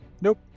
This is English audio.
Nope